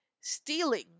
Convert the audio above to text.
Stealing